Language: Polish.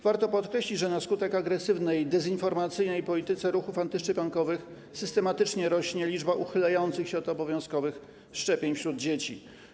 Warto podkreślić, że na skutek agresywnej dezinformacyjnej polityki ruchów antyszczepionkowych systematycznie rośnie liczba uchylających się od obowiązkowych szczepień wśród dzieci.